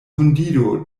hundido